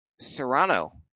Serrano